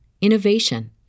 innovation